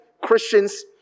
Christians